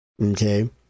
Okay